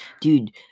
dude